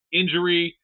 injury